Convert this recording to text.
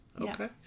Okay